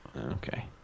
okay